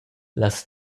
las